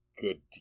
good